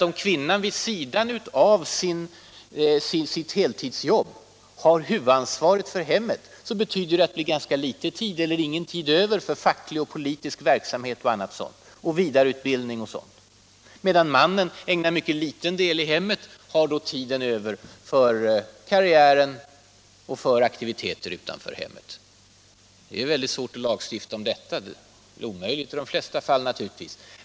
Om kvinnan vid sidan av sitt heltidsjobb har huvudansvaret för hemmet, blir det ganska litet tid, eller ingen tid alls, över för facklig och politisk verksamhet, vidareutbildning m.m. Mannen som ägnar mycket liten del av sin tid åt hemmet kan använda desto mer för karriären och för aktiviteter utanför hemmet. Det är svårt att lagstifta om detta, för att inte säga omöjligt.